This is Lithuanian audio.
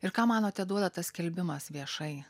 ir ką manote duoda tas skelbimas viešai